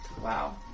Wow